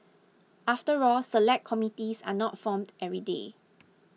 after all Select Committees are not formed every day